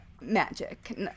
magic